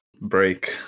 break